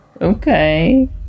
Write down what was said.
Okay